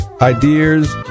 ideas